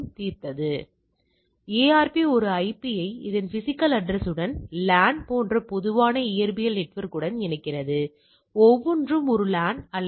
அது mu மதிப்பானது இந்த V மதிப்புக்குச் சமம் அல்லது Nu இது உண்மையில் இப்படித்தான் அழைக்கப்படுகிறது அதுவே ஒரு DF ஆகும்